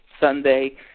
Sunday